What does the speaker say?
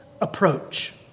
approach